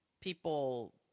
people